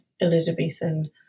Elizabethan